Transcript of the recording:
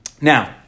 now